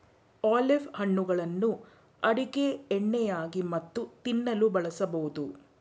olive ಹಣ್ಣುಗಳನ್ನು ಅಡುಗೆ ಎಣ್ಣೆಯಾಗಿ ಮತ್ತು ತಿನ್ನಲು ಬಳಸಬೋದು